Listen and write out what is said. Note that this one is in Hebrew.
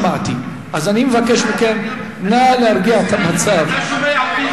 אתה תוקע סכין בגב, סתום את הפה,